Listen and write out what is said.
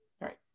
right